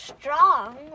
strong